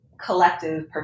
collective